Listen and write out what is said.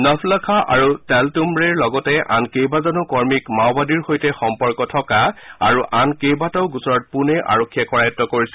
নাভলাখা আৰু তেলতুম্বদেৰ লগতে কেইবাজনো কৰ্মীক মাওবাদীৰ সৈতে সম্পৰ্ক থকা আৰু আন কেইবাটাও গোচৰত পূণে আৰক্ষীয়ে কৰায়ত্ব কৰিছিল